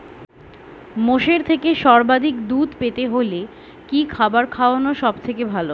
মোষের থেকে সর্বাধিক দুধ পেতে হলে কি খাবার খাওয়ানো সবথেকে ভালো?